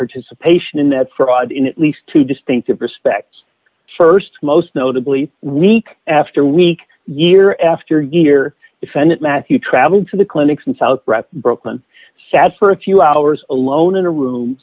participation in that fraud in at least two distinctive respects st most notably week after week year after year defendant matthew traveled to the clinics in south brooklyn sat for a few hours alone in a room